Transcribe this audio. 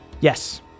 Yes